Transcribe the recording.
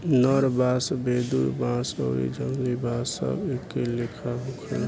नर बांस, वेदुर बांस आउरी जंगली बांस सब एके लेखन होला